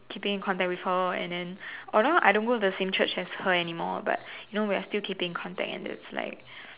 keeping in contact with her and then although I don't go to the same Church as her anymore but you know we are still keeping contact and it's like